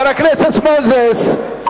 חבר הכנסת מוזס,